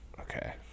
Okay